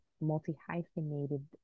multi-hyphenated